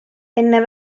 enne